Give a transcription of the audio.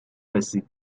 رسید